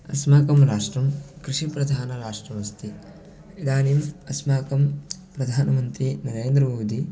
अस्माकं राष्ट्रं कृषिप्रधानराष्ट्रमस्ति इदानीम् अस्माकं प्रधानमन्त्री नरेन्द्रमोदी